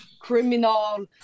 criminal